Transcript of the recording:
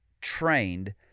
trained